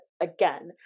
again